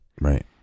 Right